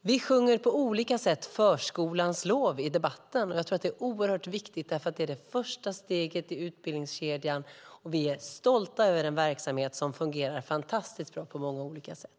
Vi sjunger på olika sätt förskolans lov i debatten. Jag tror att det är oerhört viktigt därför att det är det första steget i utbildningskedjan. Vi är stolta över den verksamhet som fungerar fantastiskt bra på många olika sätt.